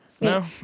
No